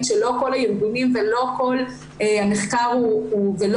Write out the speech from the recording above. שלא כל הארגונים ולא כל המחקר הוא,